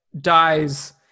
dies